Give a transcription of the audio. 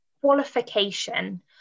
qualification